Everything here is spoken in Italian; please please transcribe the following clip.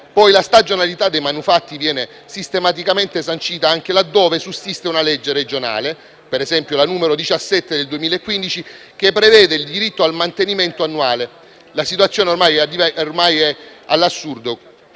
la stagionalità dei manufatti viene sistematicamente sancita anche laddove sussiste una legge regionale - mi riferisco alla legge regionale n. 17 del 2015 - che prevede il diritto al mantenimento annuale. La situazione ormai è all'assurdo